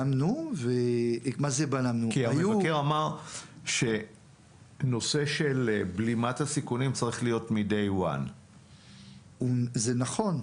כי המבקר אמר שנושא של בלימת הסיכונים צריך להיות מ-day 1. זה נכון,